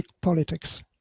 politics